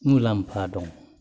मुलाम्फा दं